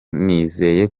nizeye